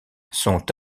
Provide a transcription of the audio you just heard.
sont